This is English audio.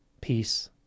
peace